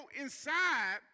inside